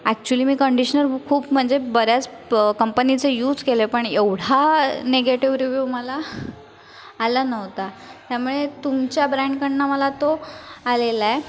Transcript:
actually मी conditioner खूप म्हणजे बऱ्याच प कंपनीचे यूज केले पण एवढा नेगेटिव रिव्ह्यू मला आला नव्हता त्यामुळे तुमच्या ब्रँडकडनं मला तो आलेला आहे